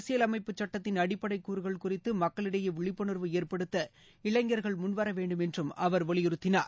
அரசியலமைப்பு சட்டத்தின் அடிப்படை கூறுகள் குறித்து மக்களிடையே விழிப்புணர்வு ஏற்படுத்த இளைஞர்கள் முன்வர வேண்டும் என்று அவர் வலியுறுத்தினார்